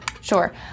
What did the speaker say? Sure